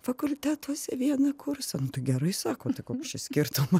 fakultetuose vieną kursą nu tai gerai sako koks čia skirtumas